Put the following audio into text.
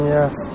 Yes